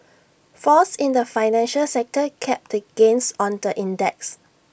falls in the financial sector capped the gains on the index